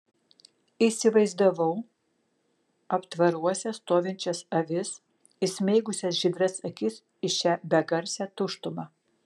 įsivaizdavau aptvaruose stovinčias avis įsmeigusias žydras akis į šią begarsę tuštumą